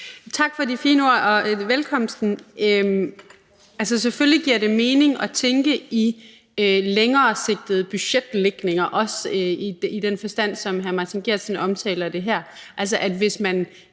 Tak for de fine ord og for velkomsten. Selvfølgelig giver det mening at tænke i langsigtede budgetlægninger, også i den forstand, som hr. Martin Geertsen omtaler det her.